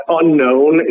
unknown